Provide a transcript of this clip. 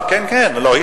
כן, כן, למגזר.